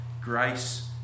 Grace